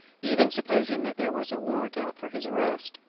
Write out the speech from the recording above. even supposing that there was a warrant out for his arrest.